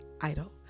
Idol